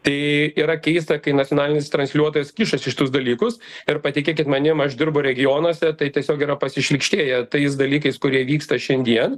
tai yra keista kai nacionalinis transliuotojas kišasi į šitus dalykus ir patikėkit manim aš dirbu regionuose tai tiesiog yra pasišlykštėję tais dalykais kurie vyksta šiandien